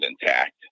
intact